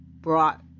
brought